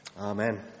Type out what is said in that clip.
Amen